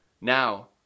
Now